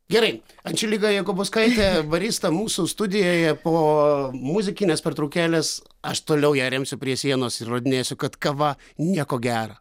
gerai andželika jakubauskaitė barista mūsų studijoje po muzikinės pertraukėlės aš toliau ją remsiu prie sienos įrodinėsiu kad kava nieko gera